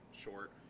short